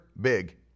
big